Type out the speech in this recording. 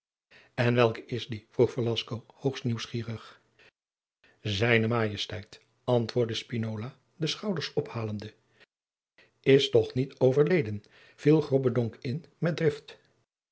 en welke is die vroeg velasco hoogst nieuwsgierig zijne majesteit antwoordde spinola de schouders ophalende is toch niet overleden viel grobbendonck in met